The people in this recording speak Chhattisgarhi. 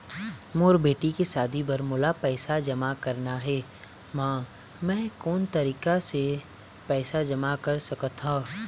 मोर बेटी के शादी बर मोला पैसा जमा करना हे, म मैं कोन तरीका से पैसा जमा कर सकत ह?